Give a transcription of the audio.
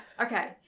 Okay